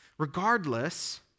Regardless